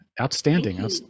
Outstanding